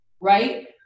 right